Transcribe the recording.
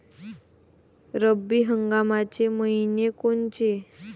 रब्बी हंगामाचे मइने कोनचे?